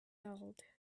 held